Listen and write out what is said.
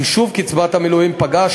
חישוב קצבת המילואים פגעה,